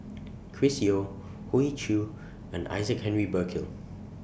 Chris Yeo Hoey Choo and Isaac Henry Burkill